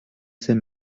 ces